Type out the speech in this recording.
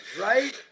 Right